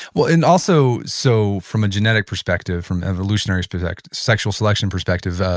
well and also so from a genetic perspective, from evolutionary perspective, sexual selection perspective,